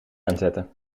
aanzetten